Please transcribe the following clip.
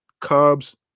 cubs